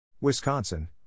Wisconsin